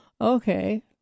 Okay